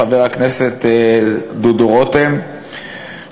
חבר הכנסת דודו רותם,